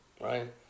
right